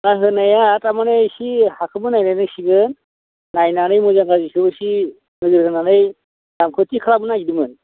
आं होनाया थारमानि इसि हाखौबो नायनायनांसिगोन नायनानै मोजां गाज्रिखौबो इसि नोजोर होनानै दामखौ थि खालामनो नागिरदोंमोन